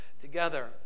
together